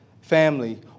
family